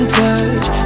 touch